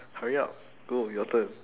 hurry up go your turn